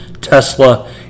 Tesla